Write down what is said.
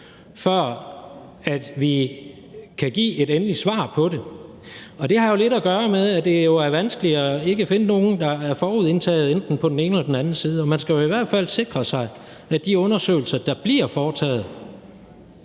før vi kan give et endeligt svar på det. Og det har jo lidt at gøre med, at det er vanskeligt at finde nogen, der ikke er forudindtaget enten på den ene eller den anden side. Og man skal i hvert fald sikre sig i forhold til de undersøgelser, der bliver foretaget,